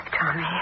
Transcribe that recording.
Tommy